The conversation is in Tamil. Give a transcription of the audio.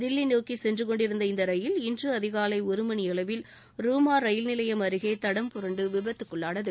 தில்லி நோக்கி சென்று கொண்டிருந்த இந்த ரயில் இன்று அதிகாலை ஒரு மணியளவில் ரூமா ரயில் நிலையம் அருகே தடம் புரண்டு விபத்துக்குள்ளானது